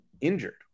injured